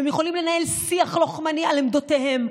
והם יכולים לנהל שיח לוחמני על עמדותיהם.